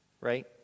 Right